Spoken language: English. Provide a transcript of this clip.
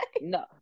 No